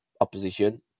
opposition